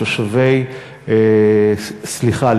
סליחה,